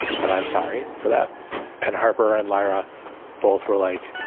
and i'm sorry for that and harper and lyra both were like,